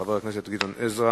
של חבר הכנסת גדעון עזרא,